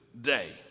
day